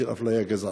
של אפליה גזענית.